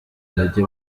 bajye